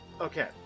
okay